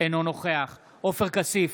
אינו נוכח עופר כסיף,